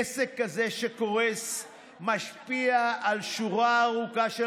עסק כזה שקורס משפיע על שורה ארוכה של